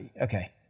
okay